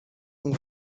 ont